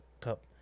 cup